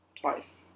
twice